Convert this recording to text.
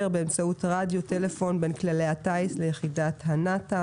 באמצעות רדיו-טלפון בין כלי הטיס ליחידת הנת"א,